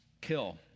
kill